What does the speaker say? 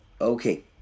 Okay